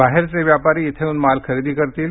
बाहेरचे व्यापारी इथं येऊन माल खरेदी करतील